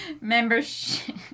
Membership